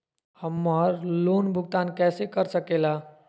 हम्मर लोन भुगतान कैसे कर सके ला?